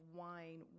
wine